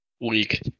Weak